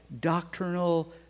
doctrinal